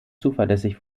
zuverlässig